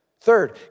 Third